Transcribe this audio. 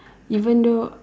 even though